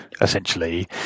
essentially